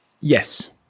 Yes